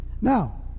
Now